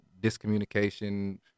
discommunication